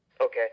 Okay